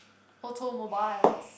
automobiles